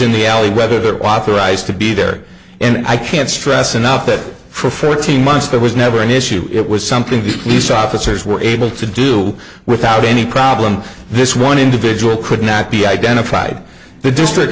in the alley whether that whopper rise to be there and i can't stress enough that for fourteen months there was never an issue it was something these officers were able to do without any problem this one individual could not be identified the district